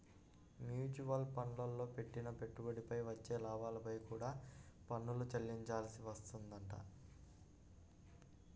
mutual ఫండ్లల్లో పెట్టిన పెట్టుబడిపై వచ్చే లాభాలపై కూడా పన్ను చెల్లించాల్సి వత్తదంట